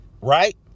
right